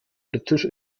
britisch